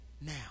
now